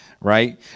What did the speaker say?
right